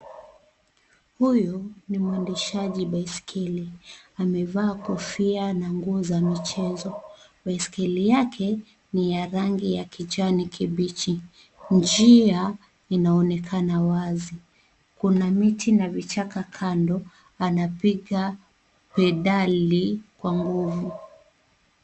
Huyu ni mwendeshaji baisikeli, amevaa kofia na nguo za michezo. Baisikeli yake ni ya rangi ya kijani kibichi, njia inaonekana wazi. Kuna miti na vichaka kando anapiga pedali kwa nguvu.